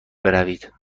بروید